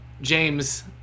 James